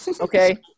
okay